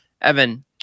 Evan